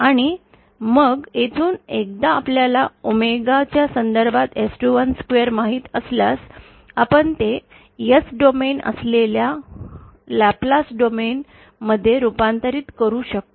आणि मग येथून एकदा आपल्याला ओमेगा च्या संदर्भात S212 माहित असल्यास आपण ते S डोमेन असलेल्या लॅप्लेस डोमेन मध्ये रूपांतरित करू शकतो